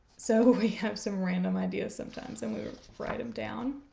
so but we have some random ideas sometimes and we write them down.